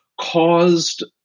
caused